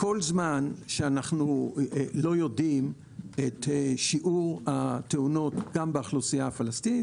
כל זמן שאנחנו לא יודעים את שיעור התאונות גם באוכלוסייה הפלסטינית